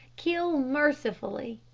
kill mercifully.